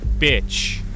bitch